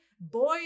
Boy